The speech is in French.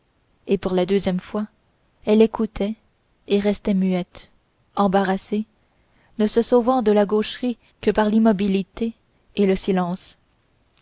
et pour la deuxième fois elle écoutait et restait muette embarrassée ne se sauvant de la gaucherie que par l'immobilité et le silence